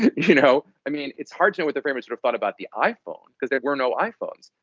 you know, i mean, it's hard to know what the framers sort of thought about the iphone because there were no iphones.